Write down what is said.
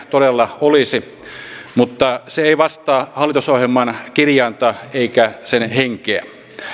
todella olisi mutta se ei vastaa hallitusohjelman kirjainta eikä sen henkeä